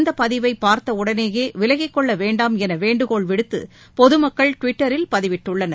இந்தபதிவைபார்த்தவுடனேயே விலகிக் கொள்ளவேண்டாமெனவேண்டுகோள் பிரதமரின் விடுத்தபொதுமக்கள் டுவிட்டரில் பதிவிட்டுள்ளனர்